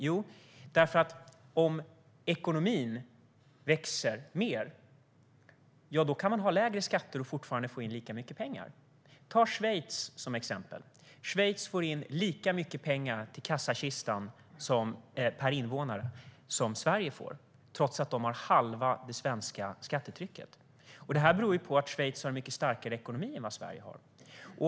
Jo, därför att om ekonomin växer mer kan man ha lägre skatter och fortfarande få in lika mycket pengar. Ta Schweiz som exempel! Schweiz får in lika mycket pengar till kassakistan per invånare som Sverige, trots att de har halva det svenska skattetrycket. Det här beror på att Schweiz har en mycket starkare ekonomi än vad Sverige har.